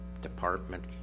department